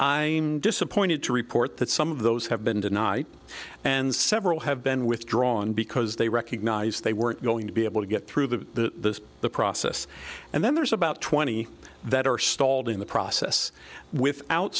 am disappointed to report that some of those have been tonight and several have been withdrawn because they recognize they weren't going to be able to get through the process and then there's about twenty that are stalled in the process without